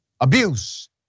abuse